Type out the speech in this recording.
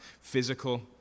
physical